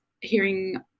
hearing